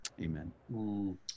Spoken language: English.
Amen